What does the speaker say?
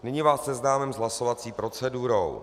Nyní vás seznámím s hlasovací procedurou.